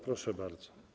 Proszę bardzo.